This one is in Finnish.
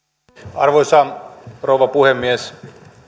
arvoisa rouva puhemies